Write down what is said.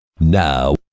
Now